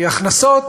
כי הכנסות